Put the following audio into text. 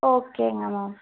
ஓகேங்க மேம்